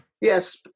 yes